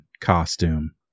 costume